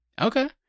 Okay